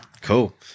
Cool